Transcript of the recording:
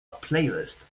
playlist